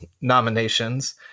nominations